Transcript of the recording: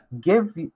Give